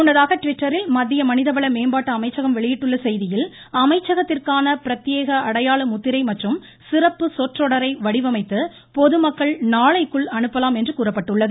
முன்னதாக ட்விட்டரில் மத்திய மனிதவள மேம்பாட்டு அமைச்சகம் வெளியிட்டுள்ள செய்தியில் அமைச்சகத்திற்கான பிரத்யேக அடையாள முத்திரை மற்றும் சிறப்பு சொற்றொடரை வடிவமைத்து பொதுமக்கள் நாளைக்குள் அனுப்பலாம் கூறப்பட்டுள்ளது